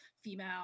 female